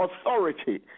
authority